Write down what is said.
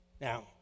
Now